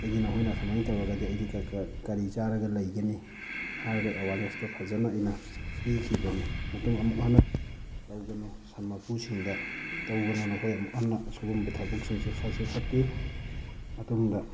ꯑꯩꯗꯤ ꯅꯈꯣꯏꯅ ꯁꯨꯃꯥꯏꯅ ꯇꯧꯔꯒꯗꯤ ꯑꯩꯗꯤ ꯀꯔꯤ ꯆꯥꯔꯒ ꯂꯩꯒꯅꯤ ꯍꯥꯏꯔꯒ ꯑꯋꯥꯔꯅꯦꯁꯇꯣ ꯐꯖꯅ ꯑꯩꯅ ꯄꯤꯈꯤꯕꯅꯤ ꯃꯇꯨꯡ ꯑꯃꯨꯛ ꯍꯟꯅ ꯇꯧꯒꯅꯨ ꯁꯟ ꯃꯄꯨꯁꯤꯡꯗ ꯇꯧꯒꯅꯨ ꯅꯈꯣꯏ ꯑꯃꯨꯛ ꯍꯟꯅ ꯁꯨꯒꯨꯝꯕ ꯊꯕꯛꯁꯤꯡꯁꯦ ꯐꯠꯁꯨ ꯐꯠꯇꯦ ꯃꯇꯨꯡꯗ